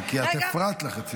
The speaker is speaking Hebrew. כי את הפרעת לה חצי דקה.